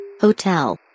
Hotel